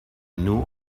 new